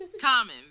Common